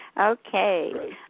Okay